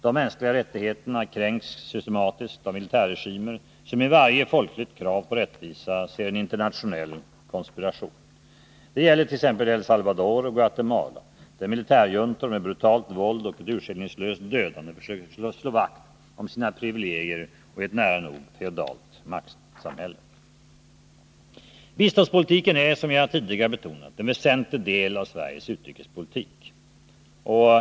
De mänskliga rättigheterna kränks systematiskt av militärregimer, som i varje folkligt krav på rättvisa ser en internationell konspiration. Det gäller t.ex. El Salvador och Guatemala, där militärjuntor med brutalt våld och ett urskillningslöst dödande försöker slå vakt om sina privilegier och ett nära nog feodalt maktsamhälle. Biståndspolitiken är — som jag tidigare betonat — en väsentlig del av Sveriges utrikespolitik.